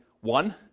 one